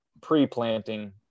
pre-planting